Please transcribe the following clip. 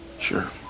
Sure